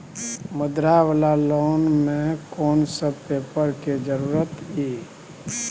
मुद्रा वाला लोन म कोन सब पेपर के जरूरत इ?